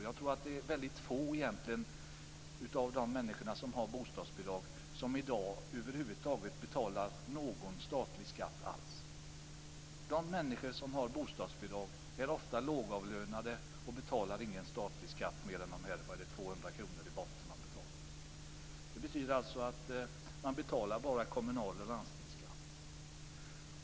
Jag tror att det är väldigt få av de människor som har bostadsbidrag i dag som över huvud taget betalar någon statlig skatt. De människor som har bostadsbidrag är ofta lågavlönade och betalar ingen statlig skatt utöver de 200 kr, eller vad det är, som ligger i botten. Det betyder alltså att de bara betalar kommunal och landstingsskatt.